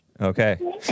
Okay